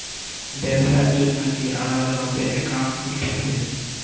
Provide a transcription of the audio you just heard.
ব্যাবসার জন্য কি আলাদা ভাবে অ্যাকাউন্ট খুলতে হবে?